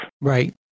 Right